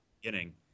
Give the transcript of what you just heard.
beginning